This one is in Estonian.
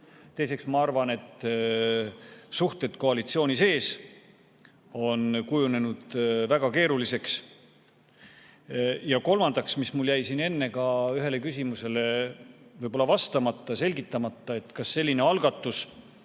Teiseks, ma arvan, et suhted koalitsiooni sees on kujunenud väga keeruliseks. Ja kolmandaks, mis mul jäi siin enne ühele küsimusele vastates selgitamata: selline algatus,